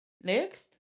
Next